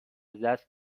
دست